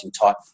type